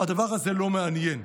הדבר הזה לא מעניין.